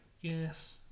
Yes